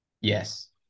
Yes